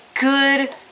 good